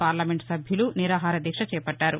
parliament సభ్యులు నిరాహార దీక్ష చేపట్టారు